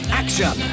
action